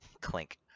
Clink